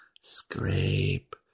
Scrape